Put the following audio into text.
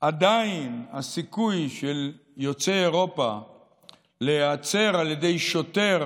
עדיין הסיכוי של יוצא אתיופיה להיעצר על ידי שוטר